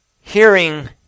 hearing